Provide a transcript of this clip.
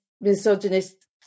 misogynist